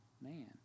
man